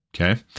Okay